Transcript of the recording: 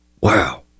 Wow